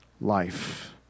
life